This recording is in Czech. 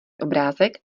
obrázek